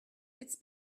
it’s